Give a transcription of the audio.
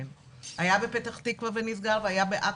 היה בפתח תקווה ונסגר, היה בעכו.